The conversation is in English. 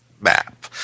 map